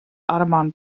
audubon